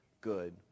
good